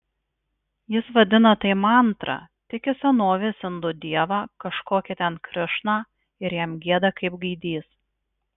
jis vadina tai mantra tiki senovės indų dievą kažkokį ten krišną ir jam gieda kaip gaidys